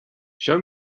show